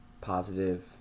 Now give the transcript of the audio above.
positive